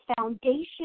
foundation